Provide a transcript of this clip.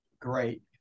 Great